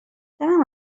دلم